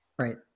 Right